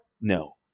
No